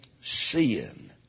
seeing